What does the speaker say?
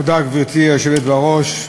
גברתי היושבת בראש,